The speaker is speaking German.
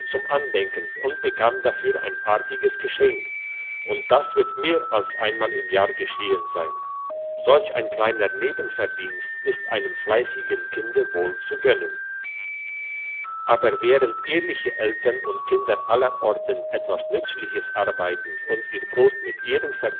zum andenken und bekam dafür ein artiges geschenk und das wird mehr als einmal im jahr geschehen sein solch ein kleiner nebenverdienst ist einem fleissigen kinde wohl zu gönnen aber während ehrliche eltern und kinder aller orten etwas nützliches arbeiten und ihr brot mit ehren